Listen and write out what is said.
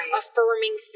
affirming